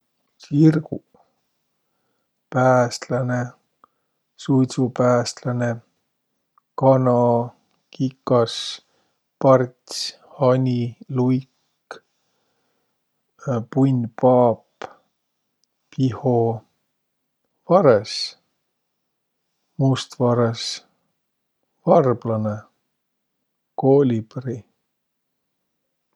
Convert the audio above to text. Tsirguq: pääsläne, suidsupääsläne, kana, kikas, parts, hani, luik, punnpaap, piho, varõs, mustvarõs, varblanõ, koolibri.